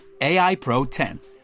AIPRO10